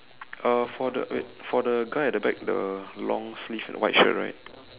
uh for the wait for the guy at the back the long sleeve and white shirt right